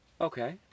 Okay